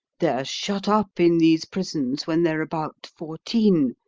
they're shut up in these prisons when they're about fourteen,